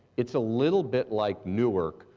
it's a little bit like newark,